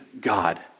God